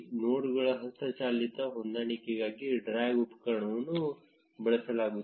ನೋಡ್ಗಳ ಹಸ್ತಚಾಲಿತ ಹೊಂದಾಣಿಕೆಗಾಗಿ ಡ್ರ್ಯಾಗ್ ಉಪಕರಣವನ್ನು ಬಳಸಲಾಗುತ್ತದೆ